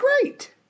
great